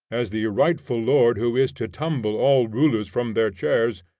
as the rightful lord who is to tumble all rulers from their chairs,